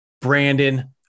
Brandon